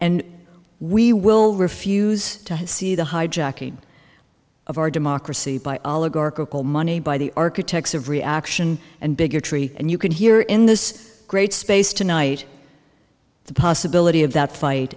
and we will refuse to see the hijacking of our democracy by oligarchy money by the architects of reaction and bigotry and you can hear in this great space tonight the possibility of that